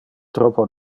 troppo